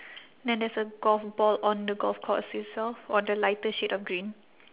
then there's a golf ball on the golf course itself on the lighter shade of green